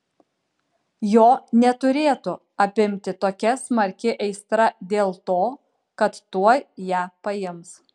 jo neturėtų apimti tokia smarki aistra dėl to kad tuoj ją paims